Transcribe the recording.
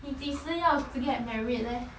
你几时要 ji~ get married leh